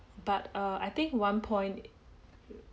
but err I think one point